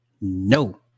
no